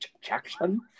Jackson